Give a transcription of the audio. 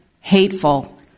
hateful